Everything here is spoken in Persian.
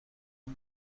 این